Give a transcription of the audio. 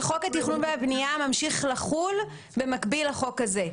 שחוק התכנון והבנייה ממשיך לחול במקביל לחוק הזה.